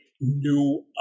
new